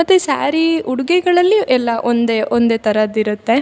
ಮತ್ತು ಸ್ಯಾರೀ ಉಡುಗೆಗಳಲ್ಲಿ ಎಲ್ಲ ಒಂದೇ ಒಂದೇ ಥರದ್ ಇರುತ್ತೆ